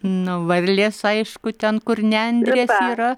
nu varlės aišku ten kur nendrės yra